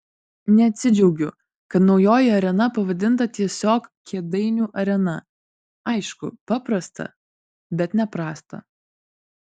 neatsidžiaugiu kad naujoji arena pavadinta tiesiog kėdainių arena aišku paprasta bet ne prasta